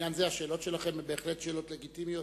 בעניין זה השאלות שלכם הן בהחלט שאלות לגיטימיות,